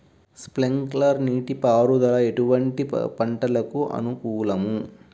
Sprinkler నీటిపారుదల ఎటువంటి పంటలకు అనుకూలము?